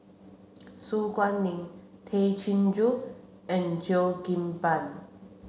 Su Guaning Tay Chin Joo and Cheo Kim Ban